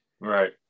Right